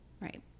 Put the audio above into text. Right